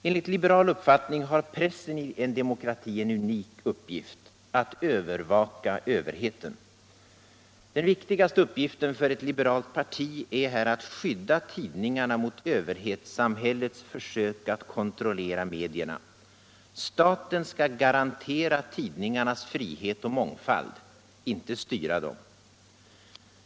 Enligt liberal uppfattning har pressen i en demokrati en unik uppgift: att övervaka överheten. Den viktigaste uppgiften för ett liberalt parti är här att skydda tidningarna mot överhetssamhällets försök att kontrollera medierna. Staten skall garantera tidningarnas frihet och mångfald, inte styra dem.